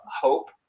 hope